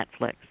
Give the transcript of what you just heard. Netflix